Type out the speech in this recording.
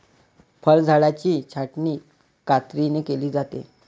फळझाडांची छाटणी कात्रीने केली जाते